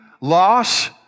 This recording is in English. loss